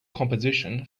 composition